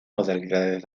modalidades